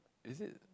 is it